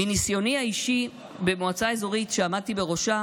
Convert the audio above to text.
מניסיוני האישי במועצה האזורית שעמדתי בראשה,